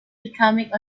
becoming